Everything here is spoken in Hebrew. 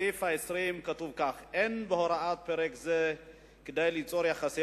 בסעיף 20 כתוב כך: אין בהוראת פרק זה כדי ליצור יחסי